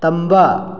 ꯇꯝꯕ